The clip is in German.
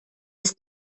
ist